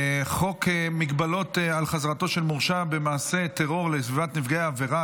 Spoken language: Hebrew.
חוק מגבלות על חזרתו של מורשע במעשה טרור לסביבת נפגעי העבירה,